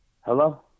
Hello